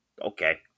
okay